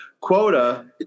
quota